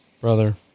Brother